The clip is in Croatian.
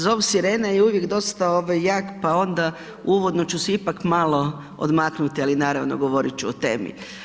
Zov sirene je uvijek dosta ovaj jak, pa onda uvodno ću se ipak malo odmaknuti, ali naravno govorit ću o temi.